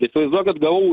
įsivaizduokit gavau